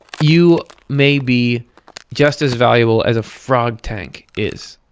you may be just as valuable as a frog tank is.